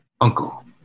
uncle